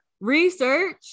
research